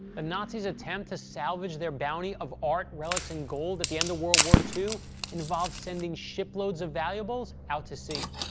ah nazis' attempt to salvage their bounty of art, relics, and gold at the end of world war ii involved sending shiploads of valuables out to sea.